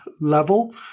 level